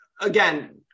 again